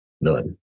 None